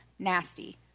nasty